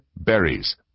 berries—